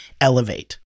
elevate